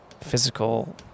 physical